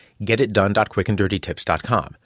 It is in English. getitdone.quickanddirtytips.com